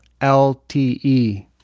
LTE